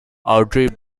audrey